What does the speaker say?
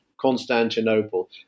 Constantinople